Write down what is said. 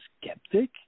skeptic